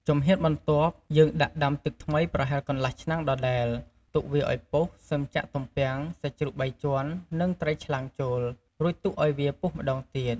ជំហានបន្ទាប់ យើងដាក់ដាំទឹកថ្មីប្រហែលកន្លះឆ្នាំងដដែល ទុកវាឱ្យពុះ សិមចាក់ទំពាំង សាច់ជ្រូកបីជាន់ និងត្រីឆ្លាំងចូល រួចទុកឱ្យវាពុះម្ដងទៀត។